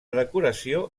decoració